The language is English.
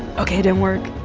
okay, didn't work.